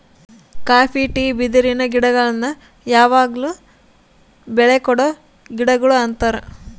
copy tea ಬಿದಿರಿನ ಗಿಡಗುಳ್ನ ಯಾವಗ್ಲು ಬೆಳೆ ಕೊಡೊ ಗಿಡಗುಳು ಅಂತಾರ